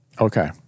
Okay